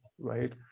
right